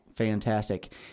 Fantastic